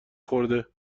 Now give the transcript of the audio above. خورده